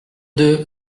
deux